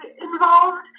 involved